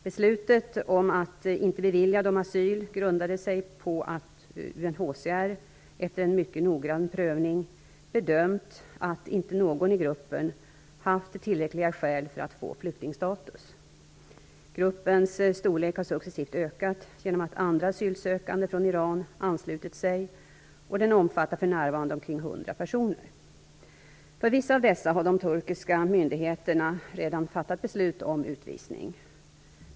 Beslutet om att inte bevilja dem asyl grundade sig på att UNHCR, efter mycket noggrann prövning, bedömt att inte någon i gruppen haft tillräckliga skäl för att få flyktingstatus. Gruppens storlek har successivt ökat genom att andra asylsökande från Iran anslutit sig, och den omfattar för närvarande omkring 100 personer. För vissa av dessa har de turkiska myndigheterna redan fattat beslut om utvisning.